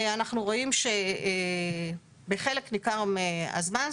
אנחנו רואים שבחלק ניכר מהזמן,